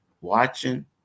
watching